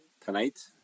tonight